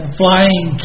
flying